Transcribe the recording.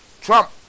Trump